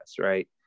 right